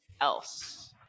else